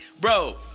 Bro